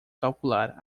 calcular